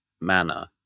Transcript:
manner